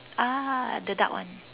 ah the dark one